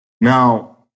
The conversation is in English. Now